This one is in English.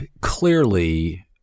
Clearly